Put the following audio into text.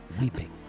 weeping